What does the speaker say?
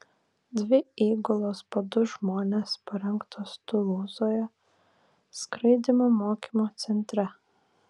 dvi įgulos po du žmones parengtos tulūzoje skraidymų mokymo centre